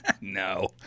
No